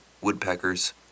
woodpeckers